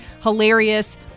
hilarious